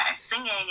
singing